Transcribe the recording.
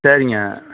சரிங்க